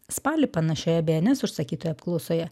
spalį panašioje bns užsakytoje apklausoje